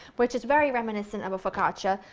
which is very reminiscent of a focaccia,